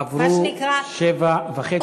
עברו שבע דקות וחצי.